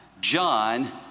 John